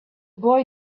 boy